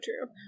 true